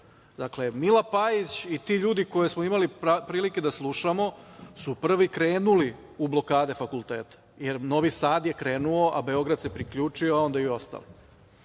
ovo. Dakle, Mila Pajić i ti ljudi koje smo imali prilike da slušamo su prvi krenuli u blokade fakulteta, jer Novi Sad je krenuo, a Beograd se priključio, a onda i ostali.